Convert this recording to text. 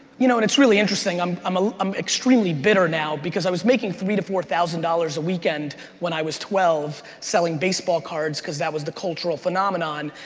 you know and it's really interesting, i'm um ah um extremely bitter now because i was making three to four thousand dollars a weekend when i was twelve selling baseball cards, cause that was the cultural phenomenon,